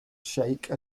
shake